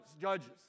judges